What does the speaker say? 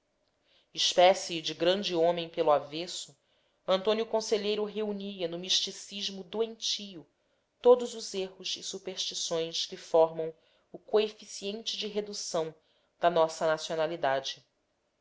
espécie de grande homem pelo avesso antônio conselheiro reunia no misticismo doentio todos os erros e superstições que formam o coeficiente de redução da nossa nacionalidade